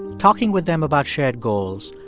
talking with them about shared goals,